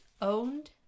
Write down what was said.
owned